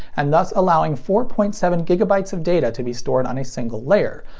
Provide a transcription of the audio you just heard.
and thus allowing four point seven gigabytes of data to be stored on a single layer,